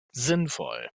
sinnvoll